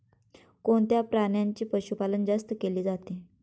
कोणत्या प्राण्याचे पशुपालन जास्त केले जाते?